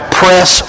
press